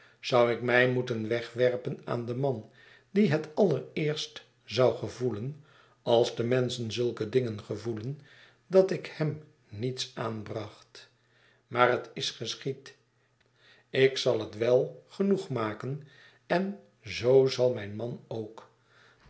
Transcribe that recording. zou ik mij moeten wegwerpen aan den man die het allereerst zou gevoelen als de menschen zulke dingen gevoelen dat ik hem niets aanbracht maar het is geschied ik zal het wel genoeg maken en zoo zal mijn man ook